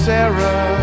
Sarah